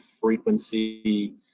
frequency